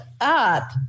up